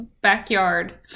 backyard